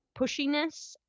Pushiness